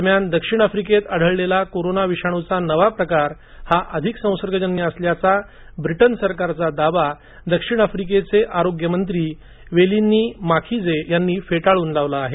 दरम्यान दक्षिण आफ्रिकेत आढळलेला कोरोना विषाणूचा नवा प्रकार हा अधिक संसर्गजन्य असल्याचा ब्रिटन सरकारचा दावा दक्षिण आफ्रिकेचे आरोग्य मंत्री वेलींनी माखीजे यांनी फेटाळून लावला आहे